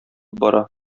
бара